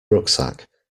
rucksack